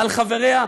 על חבריה,